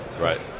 Right